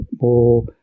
more